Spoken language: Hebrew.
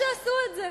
ויפה שעשו את זה.